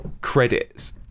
credits